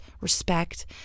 respect